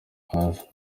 hasi